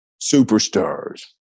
superstars